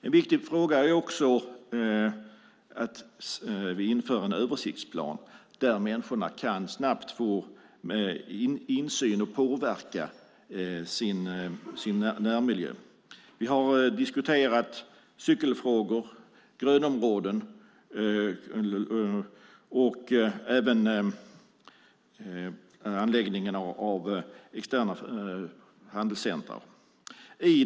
En viktig fråga är också att vi inför en översiktsplan där människor snabbt kan få insyn och påverka sin närmiljö. Vi har diskuterat cykelfrågor, grönområden och anläggning av externa handelscentrum.